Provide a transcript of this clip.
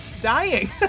dying